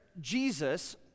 Jesus